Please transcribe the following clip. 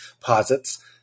posits